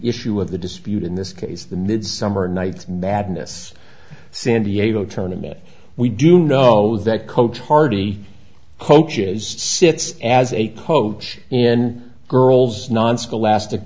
issue of the dispute in this case the midsummer night's madness san diego turn a minute we do know that coach hardy coaches sits as a poach in girls non school lastic